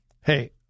Hey